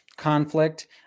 conflict